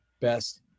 best